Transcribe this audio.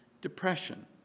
depression